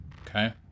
Okay